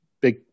big